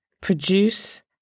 produce